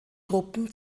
gruppen